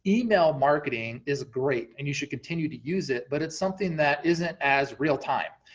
email marketing is great, and you should continue to use it, but it's something that isn't as real time.